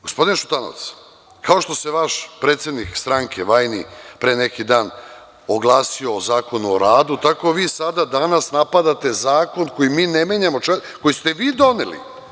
Gospodine Šutanovac, kao što se vaš predsednik stranke, vajni, pre neki dan oglasio o Zakonu o radu, tako vi danas napadate zakon koji mi ne menjamo, koji ste vi doneli.